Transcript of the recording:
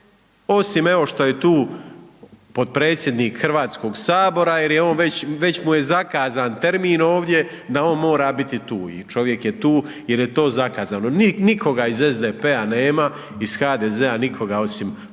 evo što je tu potpredsjednik HS jer je on već, već mu je zakazan termin ovdje da on mora biti tu i čovjek je tu jer je to zakazano, nikoga iz SDP-a nema, iz HDZ-a nikoga osim